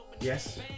yes